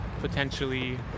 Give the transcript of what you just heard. Potentially